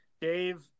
Dave